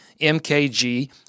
MKG